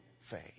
faith